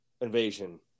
Invasion